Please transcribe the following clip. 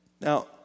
Now